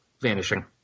vanishing